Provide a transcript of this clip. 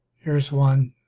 here's one